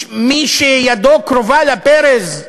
מי שידו קרובה לברז,